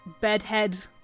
bedhead-